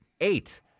Eight